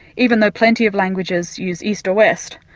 even though plenty of languages use east or west,